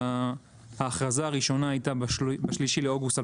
ההכרזה הראשונה הייתה ב-3 באוגוסט 2021,